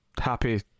happy